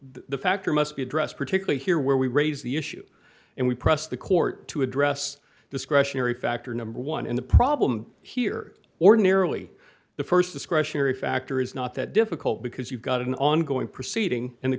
the factor must be addressed particularly here where we raise the issue and we press the court to address discretionary factor number one in the problem here ordinarily the st discretionary factor is not that difficult because you've got an ongoing proceeding and the